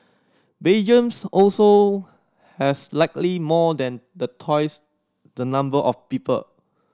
Belgiums also has slightly more than the twice the number of people